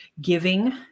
Giving